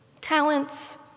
talents